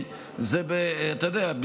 אתה יודע,